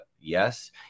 yes